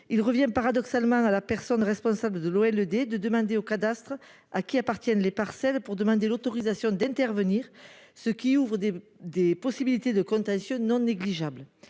Il revient paradoxalement à la personne responsable de l'eau et le D de demander au cadastre à qui appartiennent les parcelles pour demander l'autorisation d'intervenir, ce qui ouvre des possibilités de contentieux non négligeables.